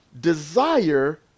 desire